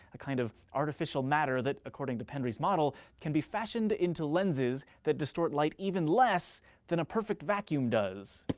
a kind of artificial matter that, according to pendry's model, can be fashioned into lenses that distort light even less than a perfect vacuum does.